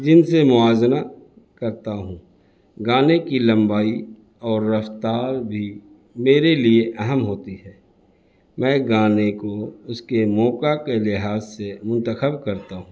جن سے موازنہ کرتا ہوں گانے کی لمبائی اور رفتار بھی میرے لیے اہم ہوتی ہے میں گانے کو اس کے موقع کے لحاظ سے منتخب کرتا ہوں